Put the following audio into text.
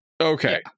Okay